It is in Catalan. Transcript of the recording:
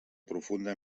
profunda